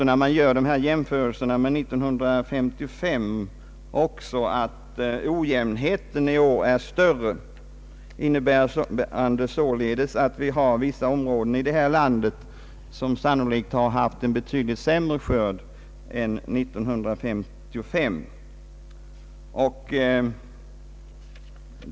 När man gör dessa jämförelser med 1955, skulle jag nog vilja påstå att ojämnheten " år är större, vilket innebär att vissa områden i detta land sannolikt har fått betydligt sämre skörd än 1955.